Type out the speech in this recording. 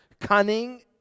cunning